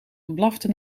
blafte